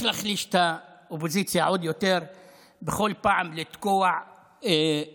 להחליש את האופוזיציה עוד יותר ובכל פעם לתקוע טריז